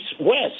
West